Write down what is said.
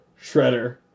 Shredder